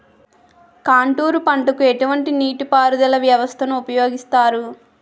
Contour పంటకు ఎటువంటి నీటిపారుదల వ్యవస్థను ఉపయోగిస్తారు?